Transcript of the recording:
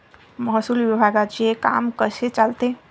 महसूल विभागाचे काम कसे चालते?